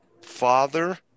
father